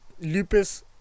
lupus